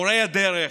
מורי דרך,